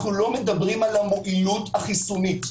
אנחנו לא מדברים על המועילות החיסונית.